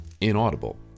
inaudible